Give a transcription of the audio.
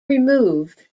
removed